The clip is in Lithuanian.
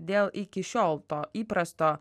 dėl iki šiol to įprasto